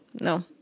no